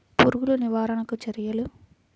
పురుగులు నివారణకు చర్యలు?